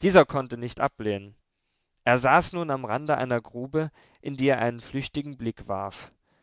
dieser konnte nicht ablehnen er saß nun am rande einer grube in die er einen flüchtigen blick warf